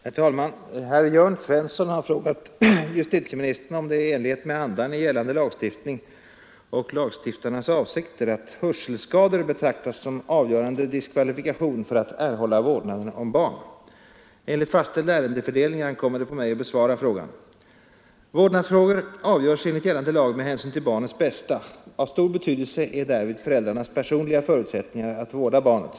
Herr talman! Herr Svensson i Malmö har frågat justitieministern om det är i enlighet med andan i gällande lagstiftning och lagstiftarnas avsikter att hörselskador betraktas som avgörande diskvalifikation för att erhålla vårdnaden av barn. Enligt fastställd ärendefördelning ankommer det på mig att besvara frågan. Vårdnadsfrågor avgörs enligt gällande lag med hänsyn till barnets bästa. Av stor betydelse är därvid föräldrarnas personliga förutsättningar att vårda barnet.